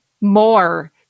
more